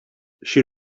she